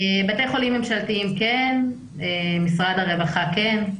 בתי חולים ממשלתיים כן, משרד הרווחה כן.